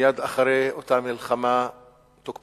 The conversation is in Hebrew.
מייד אחרי אותה מלחמה תוקפנית